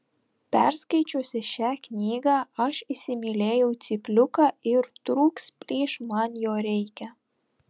perskaičiusi šią knygą aš įsimylėjau cypliuką ir trūks plyš man jo reikia